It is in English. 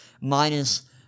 minus